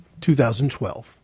2012